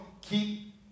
keep